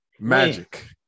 Magic